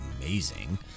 amazing